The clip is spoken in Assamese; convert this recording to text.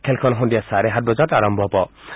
খেলখন সন্ধিয়া চাৰে সাত বজাত আৰম্ভ হ'ব